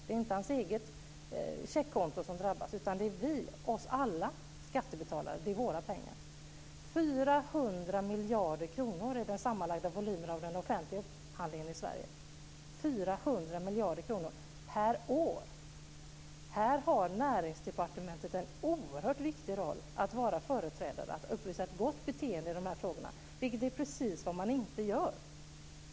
Det inte hans eget checkkonto som drabbas utan det är alla vi skattebetalare som drabbas, eftersom det handlar om våra pengar. Den sammanlagda volymen av den offentliga upphandlingen i Sverige uppgår till 400 miljarder kronor per år. Här har Näringsdepartementet en oerhört viktig roll som ett föredöme och uppvisa ett gott beteende, vilket är precis vad man inte gör.